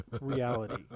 reality